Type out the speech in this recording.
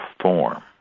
form